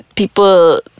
People